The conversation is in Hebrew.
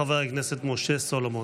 חבר הכנסת משה סולומון.